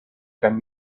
can